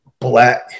black